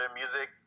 music